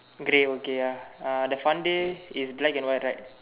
grey okay ya uh the fun day is black and white right